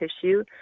tissue